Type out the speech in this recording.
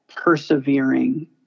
persevering